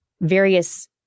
various